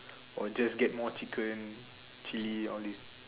or just get more chicken chilli all these